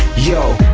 you